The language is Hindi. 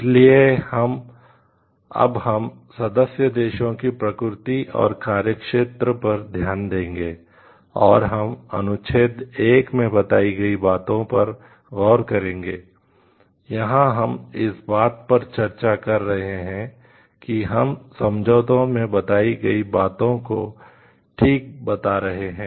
इसलिए अब हम सदस्य देशों की प्रकृति और कार्यक्षेत्र पर ध्यान देंगे और हम अनुच्छेद 1 में बताई गई बातों पर गौर करेंगे यहाँ हम इस बात पर चर्चा कर रहे हैं कि हम समझौते में बताई गई बातों को ठीक बता रहे हैं